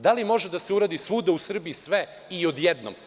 Da li može da se uradi svuda u Srbiji sve i odjednom?